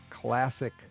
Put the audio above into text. classic